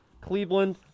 Cleveland